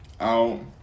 out